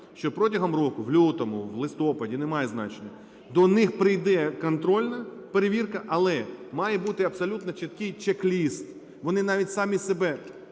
що протягом року в лютому, в листопаді - немає значення, до них прийде контрольна перевірка, але має бути абсолютно чіткий чек-лист. Вони навіть самі себе